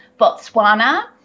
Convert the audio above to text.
Botswana